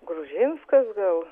gružinskas gal